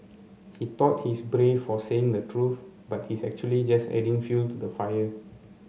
he thought he's brave for saying the truth but he is actually just adding fuel to the fire